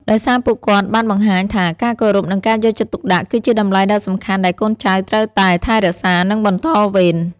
ដោយសារពួកគាត់បានបង្ហាញថាការគោរព និងការយកចិត្តទុកដាក់ គឺជាតម្លៃដ៏សំខាន់ដែលកូនចៅត្រូវតែថែរក្សា និងបន្តវេន។